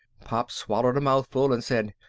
pop swallowed a mouthful and said,